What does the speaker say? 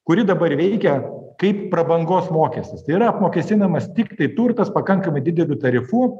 kuri dabar veikia kaip prabangos mokestis tai yra apmokestinamas tiktai turtas pakankamai dideliu tarifu